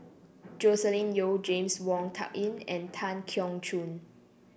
Joscelin Yeo James Wong Tuck Yim and Tan Keong Choon